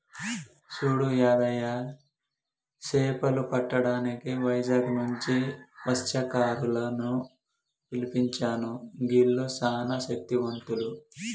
సూడు యాదయ్య సేపలు పట్టటానికి వైజాగ్ నుంచి మస్త్యకారులను పిలిపించాను గీల్లు సానా శక్తివంతులు